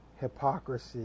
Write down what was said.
hypocrisy